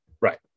Right